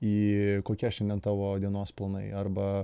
į kokie šiandien tavo dienos planai arba